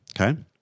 Okay